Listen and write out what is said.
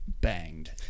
banged